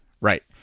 Right